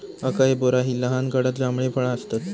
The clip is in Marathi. अकाई बोरा ही लहान गडद जांभळी फळा आसतत